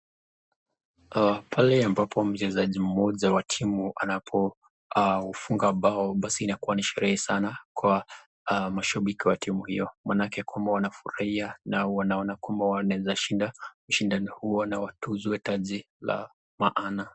Pahali ambapo mchezaji mmoja wa timu anapo ufunga bao basi inakuwa ni sherehe sana kwa mashabiki wa timu hiyo manake kwamba wanafurahia na wanaona kwamba wanaeza shinda mashindano huo na watuzwe taji la maana.